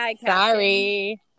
Sorry